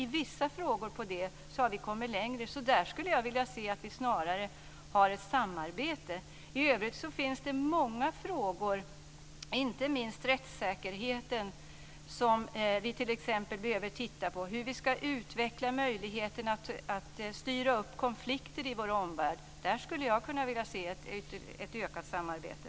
I vissa jämställdhetsfrågor har vi kommit längre. I fråga om jämställdheten skulle jag snarare vilja se att vi har ett samarbete. I övrigt finns det många frågor, inte minst rättssäkerheten, som vi behöver titta på, hur vi ska utveckla möjligheterna att styra upp konflikter i vår omvärld. Där skulle jag vilja se ett ökat samarbete.